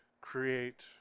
create